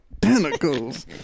tentacles